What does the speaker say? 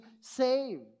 saved